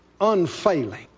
Unfailing